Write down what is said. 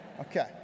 okay